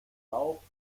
lauf